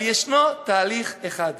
אבל יש תהליך אחד